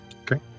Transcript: Okay